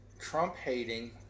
Trump-hating